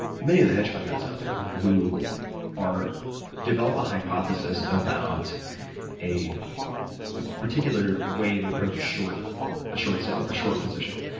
many of the hedge fund guys out there who are develop a hypothesis about a a particular way to approach a short a short sale or a short position.